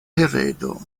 heredo